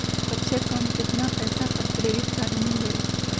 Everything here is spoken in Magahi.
सबसे कम कतना पैसा पर क्रेडिट काड मिल जाई?